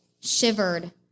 shivered